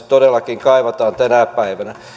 todellakin kaivataan tänä päivänä